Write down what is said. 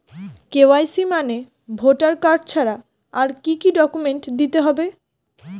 KYC মানে voter card ছাড়া আর কি কি ডকুমেন্ট দিতে হবে?